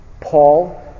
Paul